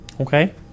Okay